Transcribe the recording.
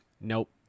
Nope